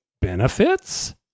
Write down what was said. benefits